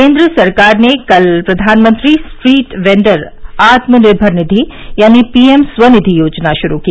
केन्द्र सरकार ने कल प्रधानमंत्री स्ट्रीट वेंडर आत्मनिर्भर निधि यानी पीएम स्व निधि योजना शुरू की